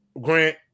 Grant